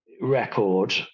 record